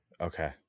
Okay